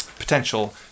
potential